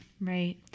Right